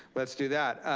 let's do that.